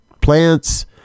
plants